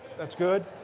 that's good.